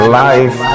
life